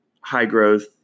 high-growth